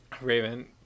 Raven